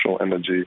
energy